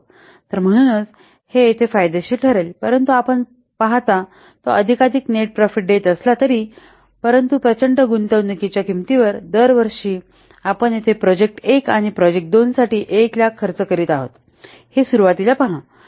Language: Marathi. तर म्हणूनच हे येथे फायदेशीर ठरेल परंतु आपण पाहता तो अधिकाधिक नेट प्रॉफिट देत असला तरी परंतु प्रचंड गुंतवणूकीच्या किंमतीवर दर वर्षी आपण येथे प्रोजेक्ट 1 आणि प्रोजेक्ट 2 साठी 100000 खर्च करीत आहात हे सुरुवातीला पहा